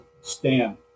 stand